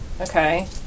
Okay